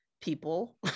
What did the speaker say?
people